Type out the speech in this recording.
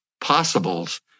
possibles